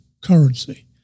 currency